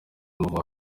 amavubi